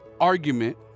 argument